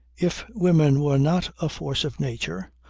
if women were not a force of nature,